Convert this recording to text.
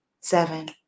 seven